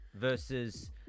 versus